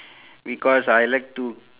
because I like to